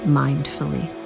mindfully